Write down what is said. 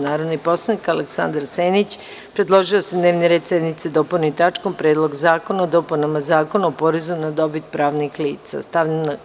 Narodni poslanik Aleksandar Senić predložio je da se dnevni red sednice dopuni tačkom Predlog zakona o dopuni Zakona o porezu na dobit pravnih lica.